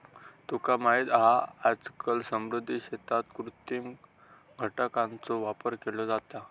तुका माहित हा आजकाल समुद्री शेतीत कृत्रिम खडकांचो वापर केलो जाता